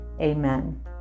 amen